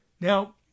Now